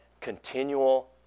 continual